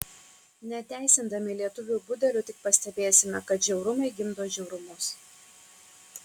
neteisindami lietuvių budelių tik pastebėsime kad žiaurumai gimdo žiaurumus